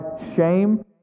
shame